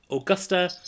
Augusta